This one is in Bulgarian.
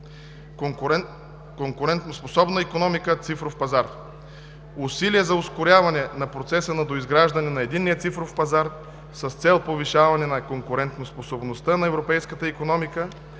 Конкурентоспособна икономика, цифров пазар - усилия за ускоряване на процеса на доизграждане на Единния цифров пазар с цел повишаване на конкурентоспособността на европейската икономика,